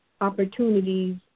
opportunities